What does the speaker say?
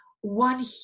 one